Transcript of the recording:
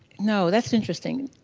no, that's interesting.